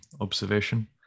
observation